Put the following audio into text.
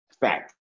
Fact